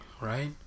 Right